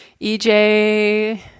EJ